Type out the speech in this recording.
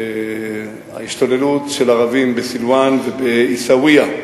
שההשתוללות של ערבים בסילואן ובעיסאוויה,